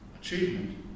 achievement